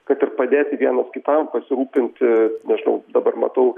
kad ir padėti vienas kitam pasirūpinti nežinau dabar matau